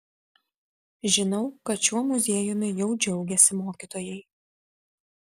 žinau kad šiuo muziejumi jau džiaugiasi mokytojai